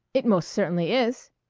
it most certainly is.